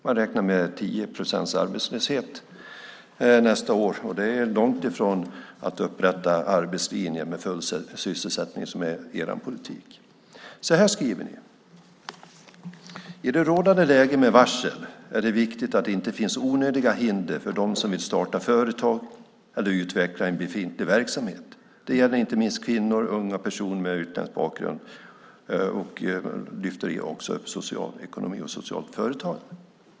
Man räknar med 10 procent arbetslöshet nästa år, och det är långt ifrån att upprätta en arbetslinje med full sysselsättning som är er politik. Så här skriver ni: I det rådande läget med varsel är det viktigt att det inte finns onödiga hinder för dem som vill starta företag eller utveckla en befintlig verksamhet. Det gäller inte minst kvinnor, unga, personer med utländsk bakgrund. Ni lyfter också upp social ekonomi och socialt företagande.